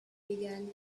began